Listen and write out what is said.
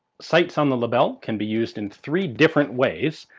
sights on the lebel can be used in three different ways.